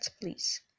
please